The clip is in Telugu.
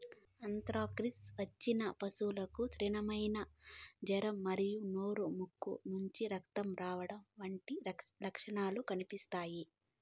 ఆంత్రాక్స్ వచ్చిన పశువుకు తీవ్రమైన జ్వరం మరియు నోరు, ముక్కు నుంచి రక్తం కారడం వంటి లక్షణాలు కనిపిస్తాయి